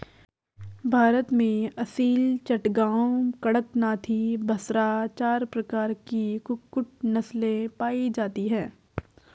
भारत में असील, चटगांव, कड़कनाथी, बसरा चार प्रकार की कुक्कुट नस्लें पाई जाती हैं